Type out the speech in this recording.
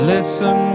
Listen